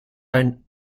ein